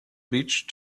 beach